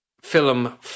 film